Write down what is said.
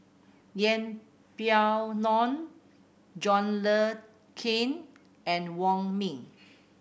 Yeng Pway Ngon John Le Cain and Wong Ming